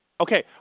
Okay